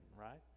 right